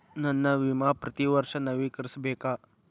ನನ್ನ ವಿಮಾ ಪ್ರತಿ ವರ್ಷಾ ನವೇಕರಿಸಬೇಕಾ?